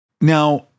Now